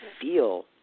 feel